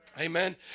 Amen